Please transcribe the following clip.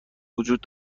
وجود